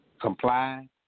comply